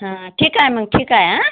हां ठीक आहे मग ठीक आहे हां